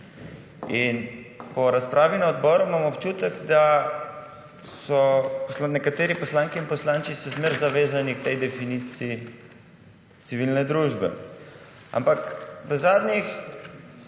Po razpravi na odboru imam občutek, da so nekateri poslanke in poslanci še zmeraj zavezani k dej definiciji civilne družbe. Ampak v zadnjih